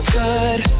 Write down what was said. good